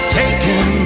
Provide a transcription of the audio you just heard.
taken